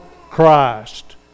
Christ